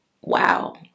wow